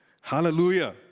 Hallelujah